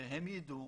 שהם ידעו